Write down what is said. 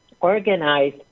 organize